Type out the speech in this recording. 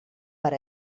per